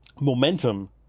momentum